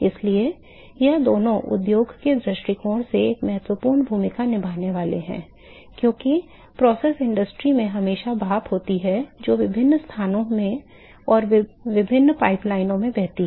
इसलिए ये दोनों उद्योग के दृष्टिकोण से एक महत्वपूर्ण भूमिका निभाते हैं क्योंकि प्रक्रिया उद्योग में हमेशा भाप होती है जो विभिन्न स्थानों में और विभिन्न पाइपलाइनों में बहती है